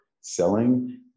selling